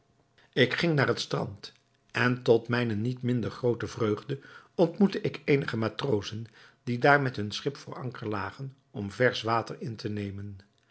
ik ging naar het strand en tot mijne niet minder groote vreugde ontmoette ik eenige matrozen die daar met hun schip voor anker lagen om versch water in te nemen